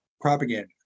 propaganda